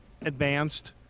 advanced